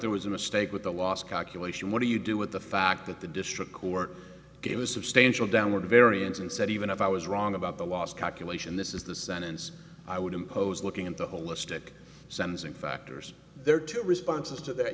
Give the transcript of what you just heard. there was a mistake with the loss calculation what do you do with the fact that the district court it was substantial downward variance and said even if i was wrong about the last calculation this is the sentence i would impose looking at the holistic sentencing factors there are two responses to that